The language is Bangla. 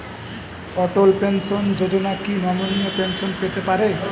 অটল পেনশন যোজনা কি নমনীয় পেনশন পেতে পারে?